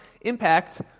impact